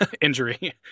injury